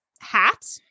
hat